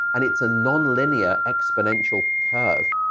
and it's a nonlinear exponential curve.